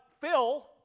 Phil